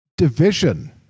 division